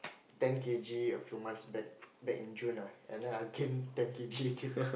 ten K_G a few months back back in June ah and then I gain ten K_G again